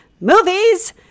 movies